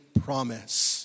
promise